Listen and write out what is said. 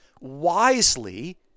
wisely